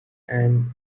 and